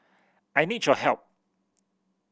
I need your help